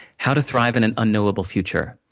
how to thrive in an unknowable future.